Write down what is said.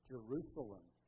Jerusalem